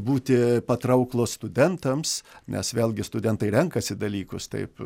būti patrauklūs studentams nes vėlgi studentai renkasi dalykus taip